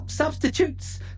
Substitutes